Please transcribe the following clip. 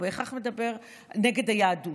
בהכרח מדבר נגד היהדות.